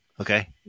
okay